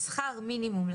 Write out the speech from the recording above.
"שכר מינימום",